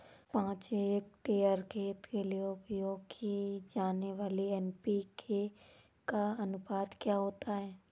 पाँच हेक्टेयर खेत के लिए उपयोग की जाने वाली एन.पी.के का अनुपात क्या होता है?